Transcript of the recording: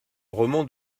roman